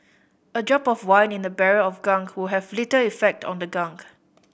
a drop of wine in a barrel of gunk will have little effect on the gunk